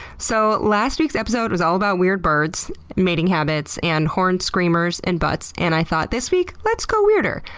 so last week's episode was all about weird birds, mating habits, and horned screamers, and butts, and i thought this week, let's go weirder.